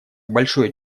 большое